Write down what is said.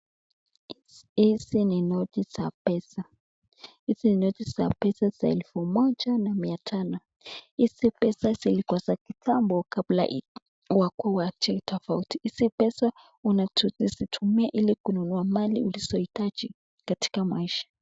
Hizi ni noti za pesa. Hizi noti za pesa za elfu moja na mia tano . Hizi pesa zilikuwa za kitambo kabla wakuu waache tofauti . Hizi pesa unawezatumia ili kununua mali unazohitaji katika maisha.